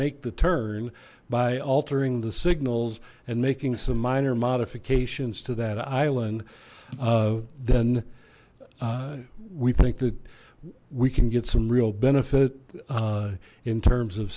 make the turn by altering the signals and making some minor modifications to that island then we think that we can get some real benefit in terms of